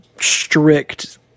strict